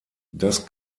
das